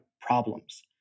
problems